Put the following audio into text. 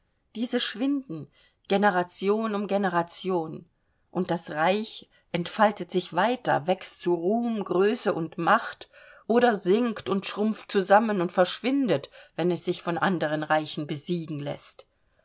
diese schwinden generation um generation und das reich entfaltet sich weiter wächst zu ruhm größe und macht oder sinkt und schrumpft zusammen und verschwindet wenn es sich von anderen reichen besiegen läßt